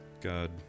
God